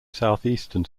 southeastern